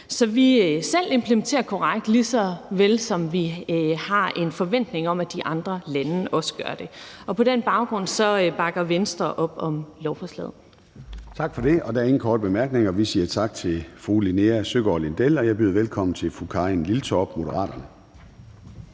så vi selv implementerer korrekt, lige såvel som vi har en forventning om, at de andre lande også gør det. På den baggrund bakker Venstre op om lovforslaget. Kl. 10:36 Formanden (Søren Gade): Tak for det. Der er ingen korte bemærkninger. Vi siger tak til fru Linea Søgaard-Lidell, og jeg byder velkommen til fru Karin Liltorp, Moderaterne.